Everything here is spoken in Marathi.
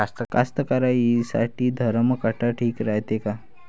कास्तकाराइसाठी धरम काटा ठीक रायते का?